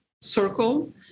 circle